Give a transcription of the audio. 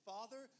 Father